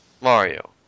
Mario